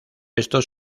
esto